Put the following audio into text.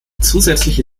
zusätzliche